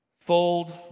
fold